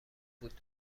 بود